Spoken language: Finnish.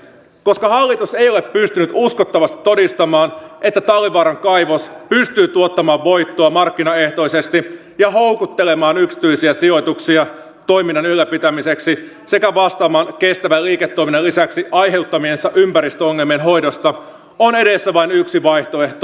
koska hallitus ei ole pystynyt uskottavasti todistamaan että talvivaaran kaivos pystyy tuottamaan voittoa markkinaehtoisesti ja houkuttelemaan yksityisiä sijoituksia toiminnan ylläpitämiseksi sekä vastaamaan kestävän liiketoiminnan lisäksi aiheuttamiensa ympäristöongelmien hoidosta on edessä vain yksi vaihtoehto